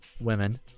women